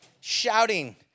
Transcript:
shouting